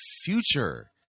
future